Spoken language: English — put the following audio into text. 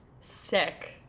sick